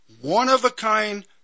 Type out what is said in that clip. one-of-a-kind